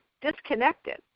disconnected